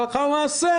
להלכה או למעשה,